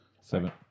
Seven